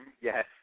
Yes